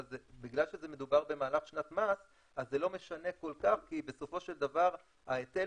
אבל בגלל שמדובר במהלך שנת מס אז זה לא משנה כל כך כי בסופו של דבר ההיטל